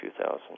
2000